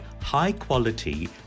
high-quality